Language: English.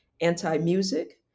Anti-Music